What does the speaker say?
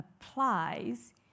applies